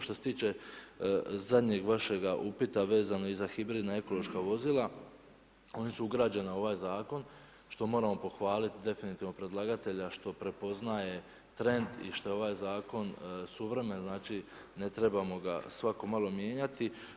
Što se tiče zadnjeg vašega upita vezano i za hribridna ekološka vozila ona su ugrađena u ovaj zakon što moramo pohvaliti definitivno predlagatelja što prepoznaje trend i što je ovaj zakon suvremen znači ne trebamo ga svako malo mijenjati.